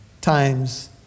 times